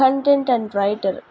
content and writer